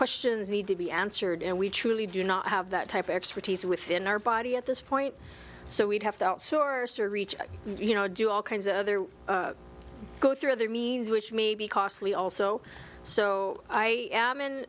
questions need to be answered and we truly do not have that type of expertise within our body at this point so we'd have to outsource or reach you know do all kinds of other go through other means which may be costly also so i am in